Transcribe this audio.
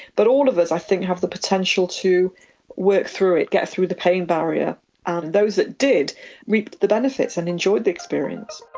but all of us i think have the potential to work through it, get through the barrier. and those that did reaped the benefit and enjoyed the experience.